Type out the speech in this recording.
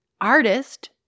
artist